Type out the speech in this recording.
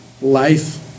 life